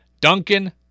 Duncan